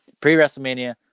Pre-WrestleMania